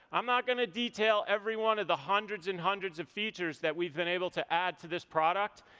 i'm not gonna detail everyone of the hundreds and hundreds of features that we've been able to add to this product.